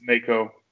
Mako